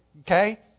Okay